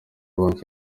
banki